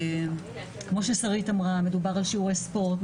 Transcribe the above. כמו ששרית אמרה: מדובר על שיעורי ספורט,